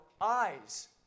eyes